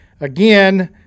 Again